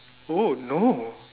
oh no